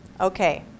okay